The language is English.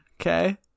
Okay